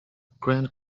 grand